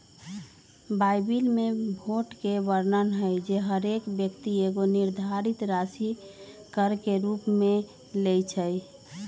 Bible में भोट के वर्णन हइ जे हरेक व्यक्ति एगो निर्धारित राशि कर के रूप में लेँइ छइ